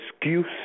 excuse